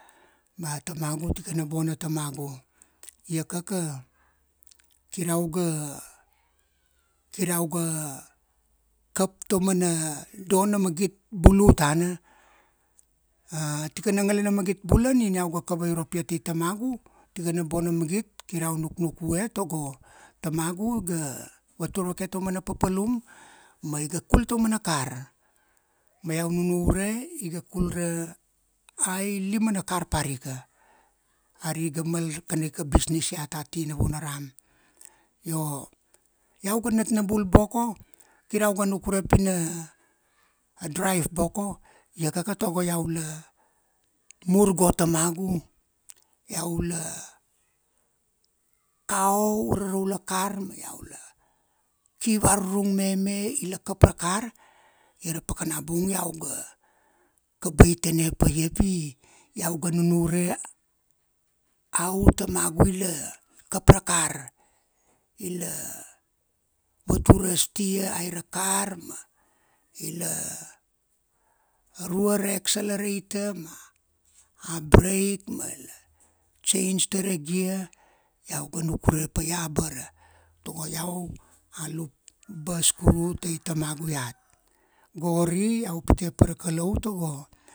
Ba tamagu tikana bona tamagu. Iakaka, kir iau ga, kir iau ga, kap tamana, dona magit bulu tana. Tikana ngalana magit bula nina iau ga kavoropia tai tamagu, tikana bona magit kir iau nuknukue tago, iga, vatur vake taumana papalum, ma iga kul taumana kar. Ma iau nunure, iga kul ra ilima na kar parika, ari iga mal kanaika business iat ati Navunaram. Io, iau ga natnabul boko, kir iauga nukure pi na drive boko, iakaka tago iau la, mur go tamagu. Iau la kau ura raula kar ma iau la, ki varurung meme, ila kap ra kar, ia ra pakana bung iau ga kabaitene paia pi, iau ga nunure, how tamagu ila kap ra kar. Ila, vatur ra stia aira kar ma ila, rua ra axelereita ma a breik mana channge tara gia. Iau ga nukure paia abara. Togo iau alup baskuru tai tamagu iat. Gori iau pite pa ra Kalau tago